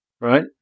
right